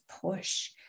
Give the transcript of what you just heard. push